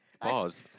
Pause